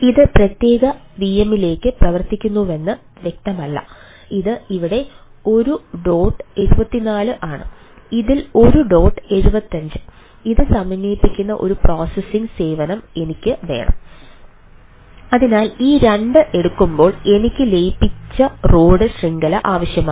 ഇത് പ്രത്യേക വിഎമ്മിലേക്ക് പ്രവർത്തിക്കുന്നുവെന്ന് വ്യക്തമല്ല ഇത് ഇവിടെ 1 ഡോട്ട് 74 ആണ് ഇതിൽ 1 ഡോട്ട് 75 ഇത് സമന്വയിപ്പിക്കുന്ന ഒരു പ്രോസസ്സിംഗ് സേവനം എനിക്ക് വേണം അതിനാൽ ഈ 2 എടുക്കുമ്പോൾ എനിക്ക് ലയിപ്പിച്ച റോഡ് ശൃംഖല ആവശ്യമാണ്